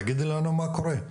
תגידי לנו מה קורה,